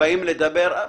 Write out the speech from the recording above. שבאים לדבר.